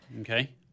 Okay